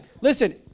listen